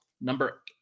Number